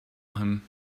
him